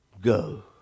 go